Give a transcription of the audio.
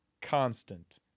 constant